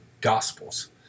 Gospels